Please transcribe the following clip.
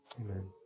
amen